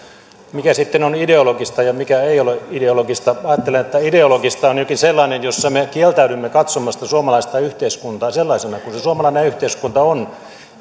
mikä sitten on ideologista ja mikä ei ole ideologista ajattelen että ideologista on jokin sellainen kun me kieltäydymme katsomasta suomalaista yhteiskuntaa sellaisena kuin se suomalainen yhteiskunta on